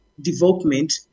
development